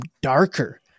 darker